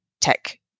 tech